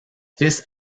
fils